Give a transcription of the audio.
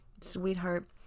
sweetheart